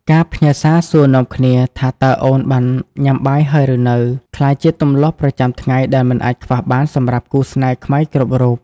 ការផ្ញើសារសួរនាំគ្នាថា "តើអូនបានញ៉ាំបាយហើយឬនៅ?" ក្លាយជាទម្លាប់ប្រចាំថ្ងៃដែលមិនអាចខ្វះបានសម្រាប់គូស្នេហ៍ខ្មែរគ្រប់រូប។